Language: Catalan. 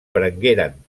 prengueren